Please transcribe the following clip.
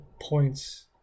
points